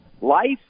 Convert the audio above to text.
life